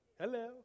Hello